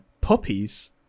puppies